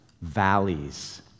valleys